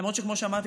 למרות שכמו שאמרתי,